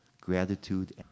gratitude